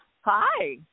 Hi